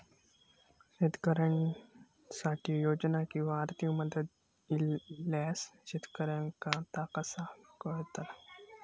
शेतकऱ्यांसाठी योजना किंवा आर्थिक मदत इल्यास शेतकऱ्यांका ता कसा कळतला?